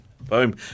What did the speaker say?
Boom